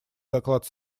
доклад